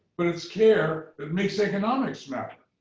but it's care that makes economics matter.